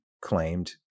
claimed